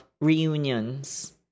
reunions